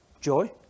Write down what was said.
Joy